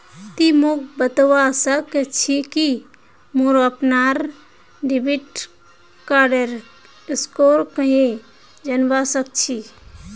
ति मोक बतवा सक छी कि मोर अपनार डेबिट कार्डेर स्कोर कँहे जनवा सक छी